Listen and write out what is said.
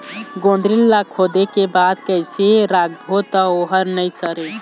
गोंदली ला खोदे के बाद कइसे राखबो त ओहर नई सरे?